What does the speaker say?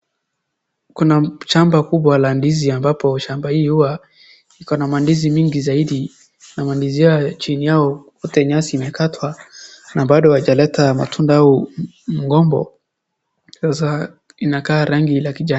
Kuna shamba kubwa la ndizi amabapo hii huwa, shamba ii iko na mandizi mingi zaidi, na mandizi haya chini yao okay nyasi imekatwa, na bado hawajaleta matunda au mgombo, sasa inakaa rangi la kijani.